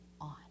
on